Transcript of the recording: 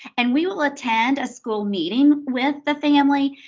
and we will attend a school meeting with the family.